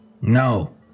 No